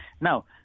Now